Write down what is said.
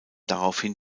daraufhin